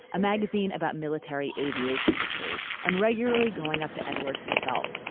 a magazine about military aviation history, and regularly going up to edwards himself,